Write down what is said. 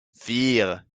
vier